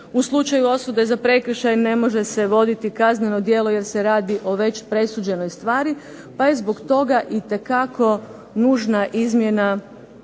U slučaju osude za prekršaj ne može se voditi kazneno djelo jer se radi o već presuđenoj stvari, pa je zbog toga itekako nužna izmjena